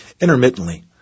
intermittently